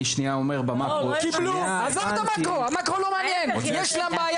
אני שנייה אומר במאקרו -- שנייה הבנתי -- עזוב את המאקרו,